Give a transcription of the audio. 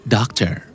Doctor